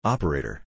Operator